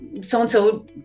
so-and-so